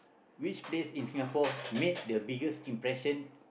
which place in Singapore made the biggest impression